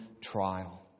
trial